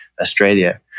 Australia